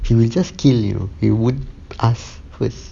he will just kill you he won't ask first